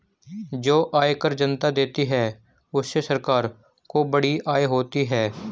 जो आयकर जनता देती है उससे सरकार को बड़ी आय होती है